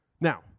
Now